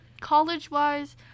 college-wise